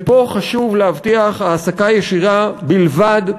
ופה חשוב להבטיח העסקה ישירה בלבד,